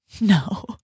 No